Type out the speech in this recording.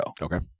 okay